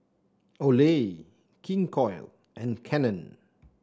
Olay King Koil and Canon